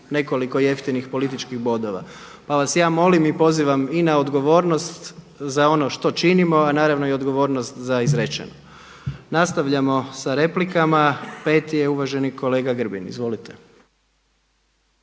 nekoliko jeftinih političkih bodova. Pa vas ja molim i pozivam i na odgovornost za ono što činimo, a naravno i odgovornost za izrečeno. Nastavljamo sa replikama. Peti je uvaženi kolega Grbin, izvolite.